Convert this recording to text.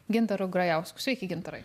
gintaru grajausku sveiki gintarai